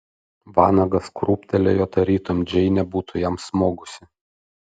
vanagas krūptelėjo tarytum džeinė būtų jam smogusi